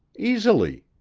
easily,